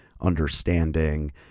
understanding